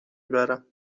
برم